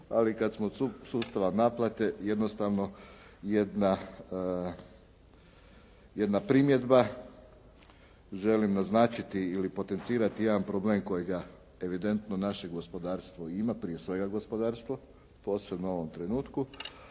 ali kad smo kod sustava naplate jednostavno jedna primjedba. Želim naznačiti ili potencirati jedan problem kojega evidentno naše gospodarstvo ima, prije svega gospodarstvo, posebno u ovom trenutku,